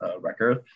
record